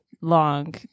long